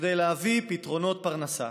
כדי להביא פתרונות פרנסה